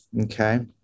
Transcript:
okay